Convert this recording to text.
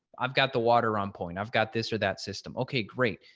i've got the water on point i've got this or that system. okay, great.